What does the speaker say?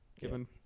given